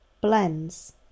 blends